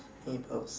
hey boss